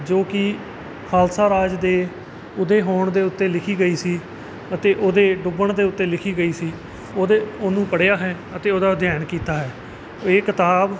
ਜੋ ਕਿ ਖਾਲਸਾ ਰਾਜ ਦੇ ਉਦੈ ਹੋਣ ਦੇ ਉੱਤੇ ਲਿਖੀ ਗਈ ਸੀ ਅਤੇ ਉਹਦੇ ਡੁੱਬਣ ਦੇ ਉੱਤੇ ਲਿਖੀ ਗਈ ਸੀ ਉਹਦੇ ਉਹਨੂੰ ਪੜ੍ਹਿਆ ਹੈ ਅਤੇ ਉਹਦਾ ਅਧਿਐਨ ਕੀਤਾ ਹੈ ਇਹ ਕਿਤਾਬ